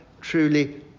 truly